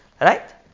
Right